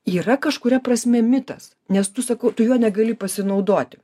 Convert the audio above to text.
yra kažkuria prasme mitas nes tu sakau tu juo negali pasinaudoti